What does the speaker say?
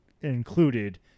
included